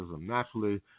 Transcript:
naturally